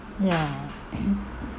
ya